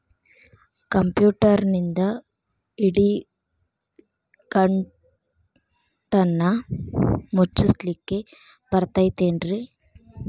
ಕಂಪ್ಯೂಟರ್ನಿಂದ್ ಇಡಿಗಂಟನ್ನ ಮುಚ್ಚಸ್ಲಿಕ್ಕೆ ಬರತೈತೇನ್ರೇ?